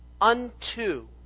unto